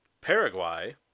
Paraguay